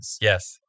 Yes